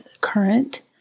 current